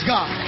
God